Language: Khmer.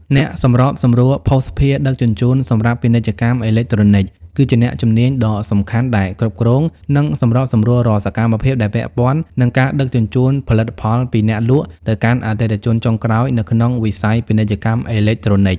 អ្នកសម្របសម្រួលភស្តុភារដឹកជញ្ជូនសម្រាប់ពាណិជ្ជកម្មអេឡិចត្រូនិក គឺជាអ្នកជំនាញដ៏សំខាន់ដែលគ្រប់គ្រង និងសម្របសម្រួលរាល់សកម្មភាពដែលពាក់ព័ន្ធនឹងការដឹកជញ្ជូនផលិតផលពីអ្នកលក់ទៅកាន់អតិថិជនចុងក្រោយនៅក្នុងវិស័យពាណិជ្ជកម្មអេឡិចត្រូនិក។